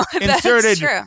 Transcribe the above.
inserted